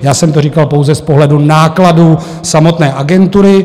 Já jsem to říkal pouze z pohledu nákladů samotné agentury.